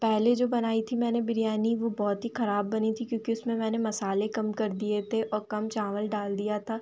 पहले जो बनाई थी मैंने बिरयानी वह बहुत ही ख़राब बनी थी क्योंकि उसमें मैंने मसाले कम कर दिए थे औ कम चावल डाल दिया था